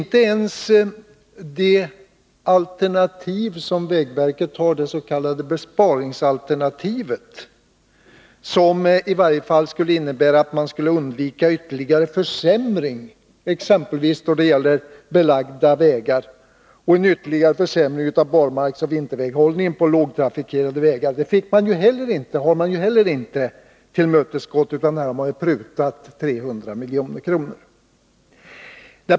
Inte ens vägverkets s.k. besparingsalternativ, varigenom man i varje fall skulle kunna undvika ytterligare försämring då det gäller belagda vägar samt barmarksoch vinterväghållningen på lågtrafikerade vägar blev tillmötesgått, utan det prutades ned med närmare 300 milj.kr.